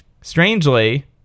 strangely